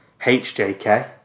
HJK